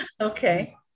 okay